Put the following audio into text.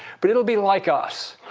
but it'll be like us,